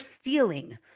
stealing